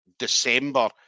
December